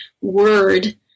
word